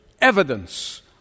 evidence